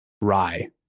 rye